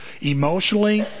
emotionally